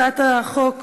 הצעת החוק